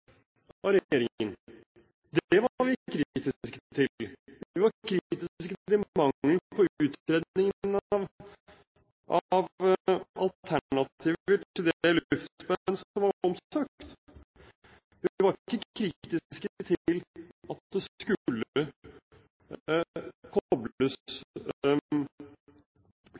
regjeringen. Det var vi kritiske til. Vi var kritiske til mangelen på utredninger av alternativ til det luftspenn som var omsøkt. Vi var ikke kritiske til at det skulle